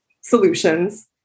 solutions